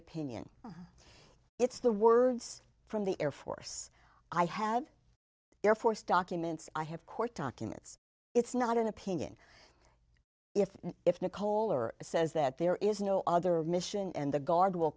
opinion it's the words from the air force i have air force documents i have court documents it's not an opinion if if nicole are says that there is no other mission and the guard will